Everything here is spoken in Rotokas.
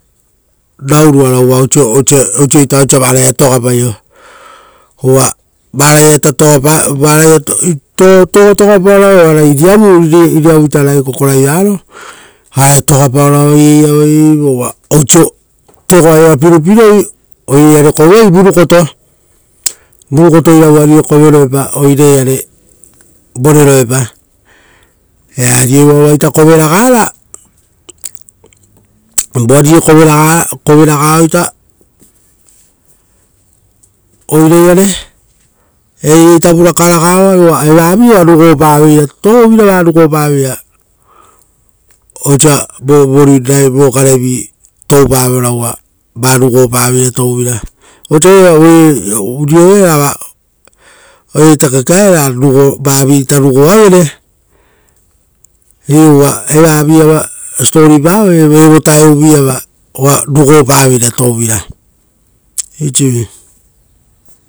Rauruara uva osia osioita varaia togapaio, uva varaita togapaoro avaiei, avaiei, uva iriavuita ragai kokoraivaro, iria iare koveroi vurukoto, vurukoto ira voariva koveroepa oiraiare, eari evoa vaita koveoi vurakaragaoi, iu uva evav oa rugopaveira osa igei garerovi toupaio uva va rugopaveira rouvira, vosa oiraita kekeavere ra vavita rugoavere. Iu uva oa rugopaveira touvira.